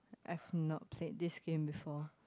I've not played this game before